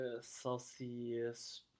Celsius